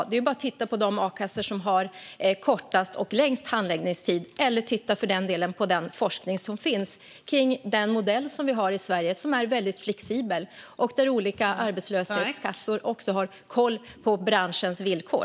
Det är bara att titta på de a-kassor som har kortast och längst handläggningstider eller, för den delen, att titta på den forskning som finns om den modell som vi har i Sverige, som är väldigt flexibel och där olika arbetslöshetskassor har koll på branschens villkor.